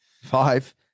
Five